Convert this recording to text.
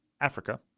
Africa